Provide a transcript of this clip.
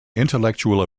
intellectual